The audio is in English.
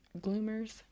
Gloomers